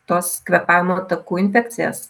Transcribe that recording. tos kvėpavimo takų infekcijas